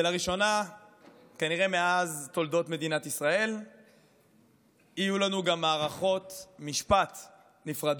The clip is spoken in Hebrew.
ולראשונה כנראה בתולדות מדינת ישראל יהיו לנו גם מערכות משפט נפרדות.